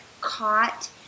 caught